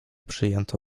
przyjęto